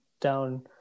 down